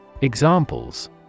Examples